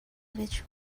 which